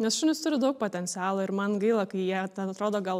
nes šunys turi daug potencialo ir man gaila kai jie ten atrodo gal